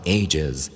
ages